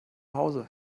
hause